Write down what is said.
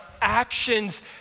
actions